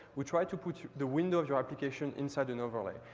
we try to put the window of your application inside an overlay.